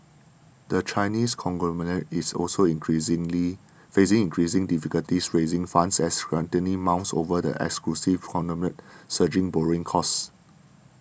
the Chinese conglomerate is also increasing facing increasing difficulties raising funds as scrutiny mounts over the acquisitive conglomerate's surging borrowing costs